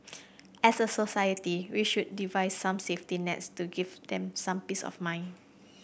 as a society we should devise some safety nets to give them some peace of mind